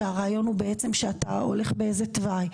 שהרעיון הוא בעצם שאתה הולך באיזה תוואי,